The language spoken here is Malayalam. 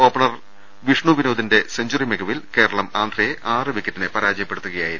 ഓപ്പണർ വിഷ്ണു വിനോദിന്റെ സെഞ്ചറി മികവിൽ കേരളം ആന്ധ്രയെ ആറു വിക്കറ്റിന് പരാജയപ്പെടുത്തുകയായിരുന്നു